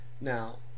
Now